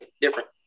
different